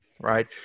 right